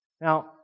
Now